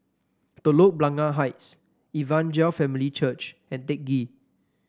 Telok Blangah Heights Evangel Family Church and Teck Ghee